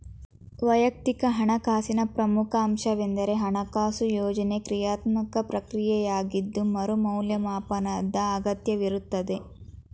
ವೈಯಕ್ತಿಕ ಹಣಕಾಸಿನ ಪ್ರಮುಖ ಅಂಶವೆಂದ್ರೆ ಹಣಕಾಸು ಯೋಜ್ನೆ ಕ್ರಿಯಾತ್ಮಕ ಪ್ರಕ್ರಿಯೆಯಾಗಿದ್ದು ಮರು ಮೌಲ್ಯಮಾಪನದ ಅಗತ್ಯವಿರುತ್ತೆ